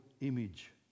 image